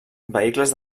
vehicles